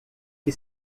que